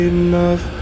enough